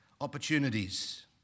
opportunities